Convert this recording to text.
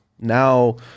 Now